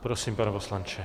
Prosím, pane poslanče.